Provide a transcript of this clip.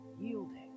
yielding